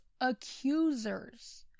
accusers